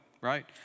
right